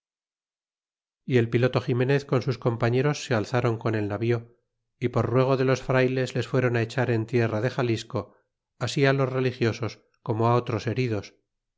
y el piloto xirnenez con sus compañeros se alzron con el navío y por ruego de los frayles les fueron echar en tierra de xalisco así los religiosos como otros heridos